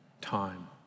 time